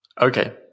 okay